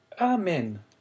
Amen